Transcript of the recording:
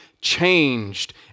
changed